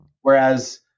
whereas